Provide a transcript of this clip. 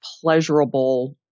pleasurable